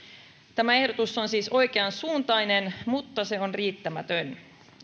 tämä ehdotus on siis oikeansuuntainen mutta se on riittämätön